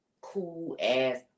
cool-ass